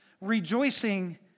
rejoicing